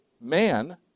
man